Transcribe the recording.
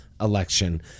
election